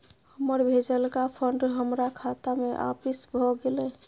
हमर भेजलका फंड हमरा खाता में आपिस भ गेलय